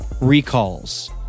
recalls